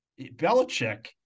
Belichick